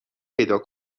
پیدا